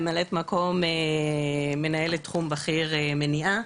ממלאת מקום מנהלת תחום בכיר מניעה.